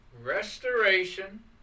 restoration